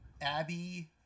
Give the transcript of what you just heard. Abby